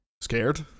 scared